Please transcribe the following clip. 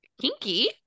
kinky